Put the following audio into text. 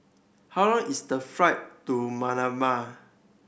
how long is the flight to Manama